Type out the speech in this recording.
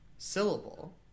syllable